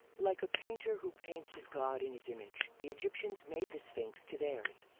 like a painter who paints his god in his image, the egyptians made the sphinx to theirs.